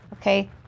okay